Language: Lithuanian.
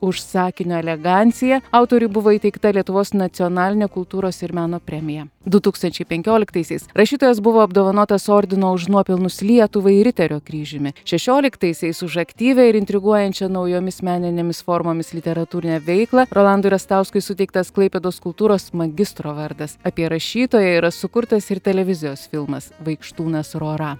už sakinio eleganciją autoriui buvo įteikta lietuvos nacionalinė kultūros ir meno premija du tūkstančiai penkioliktaisiais rašytojas buvo apdovanotas ordino už nuopelnus lietuvai riterio kryžiumi šešioliktaisiais už aktyvią ir intriguojančią naujomis meninėmis formomis literatūrinę veiklą rolandui rastauskui suteiktas klaipėdos kultūros magistro vardas apie rašytoją yra sukurtas ir televizijos filmas vaikštūnas rora